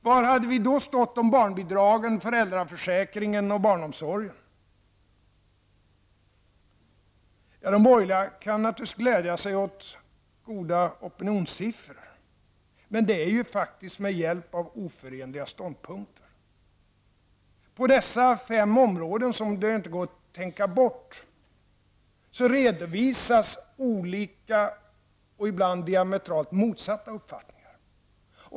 Var hade vi då stått när det gäller barnbidragen, föräldraförsäkringen och barnomsorgen? De borgerliga kan naturligtvis glädja sig åt goda opinionssiffror. Men det är ju faktiskt med hjälp av oförenliga ståndpunkter. På dessa fem områden, som man inte kan tänka bort, redovisas olika -- och ibland diametralt motsatta -- uppfattningar.